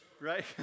right